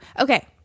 okay